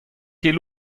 ket